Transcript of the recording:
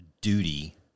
duty